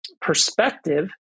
Perspective